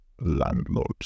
landlord